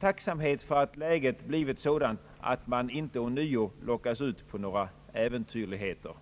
tacksamhet för att läget blivit sådant, att man inte ånyo lockas ut på några äventyrligheter.